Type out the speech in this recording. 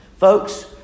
Folks